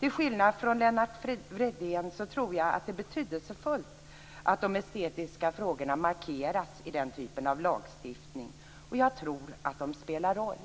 Till skillnad från Lennart Fridén tror jag att det är betydelsefullt att de estetiska frågorna markeras i denna typ av lagstiftning. Jag tror att de spelar roll.